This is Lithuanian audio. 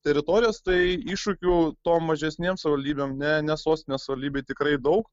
teritorijas tai iššūkių tom mažesnėm savivaldybėm ne ne sostinės savivaldybei tikrai daug